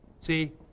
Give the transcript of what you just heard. See